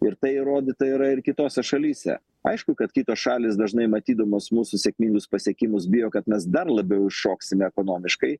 ir tai įrodyta yra ir kitose šalyse aišku kad kitos šalys dažnai matydamos mūsų sėkmingus pasiekimus bijo kad mes dar labiau šoksime ekonomiškai